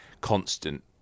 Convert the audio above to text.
constant